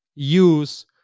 use